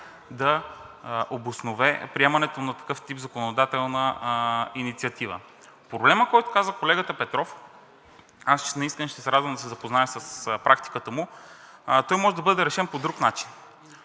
да обоснове приемането на такъв тип законодателна инициатива. Проблемът, който каза колегата Петров, аз наистина ще се радвам да се запозная с практиката му, той може да бъде решен по друг начин.